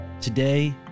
Today